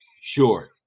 Sure